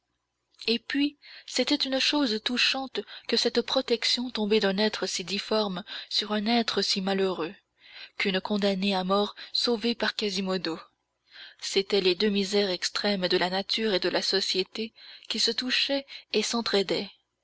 et puis c'était une chose touchante que cette protection tombée d'un être si difforme sur un être si malheureux qu'une condamnée à mort sauvée par quasimodo c'étaient les deux misères extrêmes de la nature et de la société qui se touchaient et